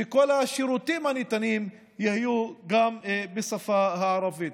שכל השירותים הניתנים יהיו גם בשפה הערבית.